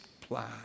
plan